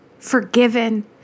forgiven